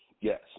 Yes